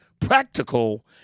practical